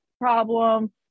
problem